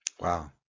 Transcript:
Wow